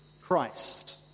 Christ